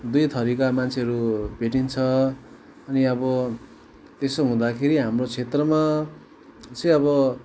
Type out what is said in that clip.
दुई थरीका मान्छेहरू भेटिन्छ अनि अब त्यसो हुँदाखेरि हाम्रो क्षेत्रमा चाहिँ अब